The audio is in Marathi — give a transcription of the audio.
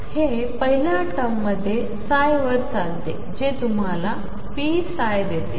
तर हेपहिल्याटर्ममध्येवरचालतेजेतुम्हाला pψ देते